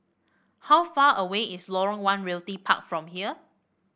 how far away is Lorong One Realty Park from here